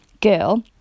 girl